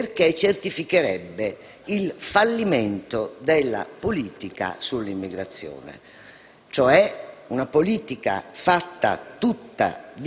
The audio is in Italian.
perché certificherebbe il fallimento della politica sull'immigrazione. Si tratta di una politica costituita